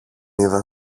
είδα